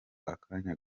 akanya